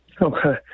Okay